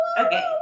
okay